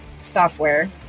software